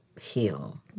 heal